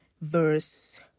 verse